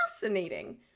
fascinating